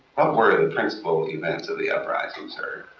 um were the principal events of the uprising, sir?